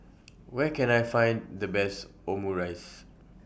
Where Can I Find The Best Omurice